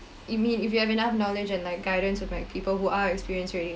you mean if you have enough knowledge and like guidance with like people who are experienced already